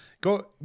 Go